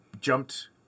jumped